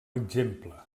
exemple